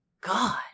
God